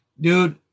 dude